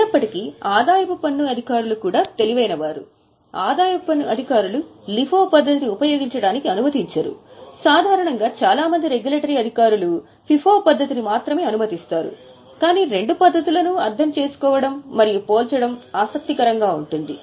అయినప్పటికీ ఆదాయపు పన్ను అధికారులు సమానంగా స్మార్ట్ ఆదాయపు పన్ను అధికారులు LIFO పద్ధతిని ఉపయోగించటానికి అనుమతించరు సాధారణంగా FIFO పద్ధతిని చాలా మంది రెగ్యులేటరీ అధికారులు మాత్రమే అనుమతిస్తారు కానీ రెండు పద్ధతులను అర్థం చేసుకోవడం మరియు పోల్చడం ఆసక్తికరంగా ఉంటుంది